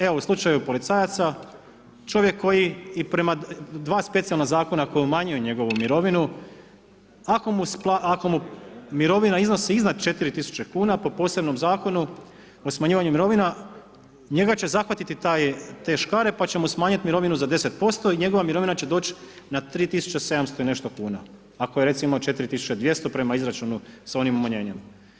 Evo, u slučaju policajaca, čovjek koji i prema dva specijalna Zakona koja umanjuje njegovu mirovinu, ako mu mirovina iznosi iznad 4000 kuna, po posebnom Zakonu o smanjivanju mirovina, njega će zahvatiti te škare pa će mu smanjiti mirovinu za 10% i njegova mirovina će doći na 3700 i nešto kuna, ako je recimo 4200 prema izračunu sa onim umanjenjem.